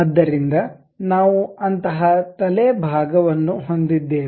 ಆದ್ದರಿಂದ ನಾವು ಅಂತಹ ತಲೆ ಭಾಗ ವನ್ನು ಹೊಂದಿದ್ದೇವೆ